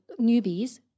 newbies